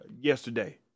Yesterday